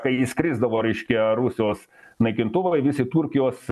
kai įskrisdavo reiškia rusijos naikintuvai vis į turkijos